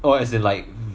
oh as in like